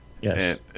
Yes